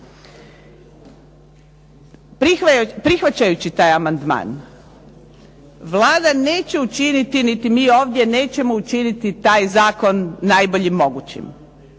Prihvaćajući taj amandman Vlada neće učiniti, niti mi ovdje nećemo učiniti taj zakon najboljim mogućim.